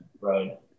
Right